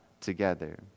together